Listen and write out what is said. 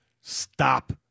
stop